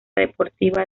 deportiva